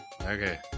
Okay